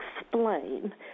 explain